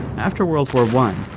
after world war one,